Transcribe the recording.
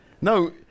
No